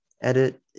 edit